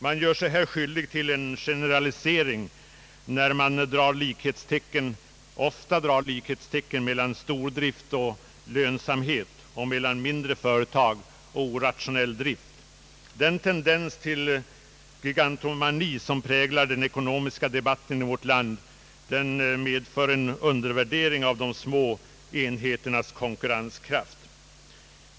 Man gör sig skyldig till en felaktig generalisering när man ofta sätter likhetstecken mellan stordrift och lönsamhet och mellan mindre företag och orationell drift. Den tendens till gigantomani som präglar den ekonomiska debatten i vårt land medför en undervärdering av de små enheternas konkurrenskraft.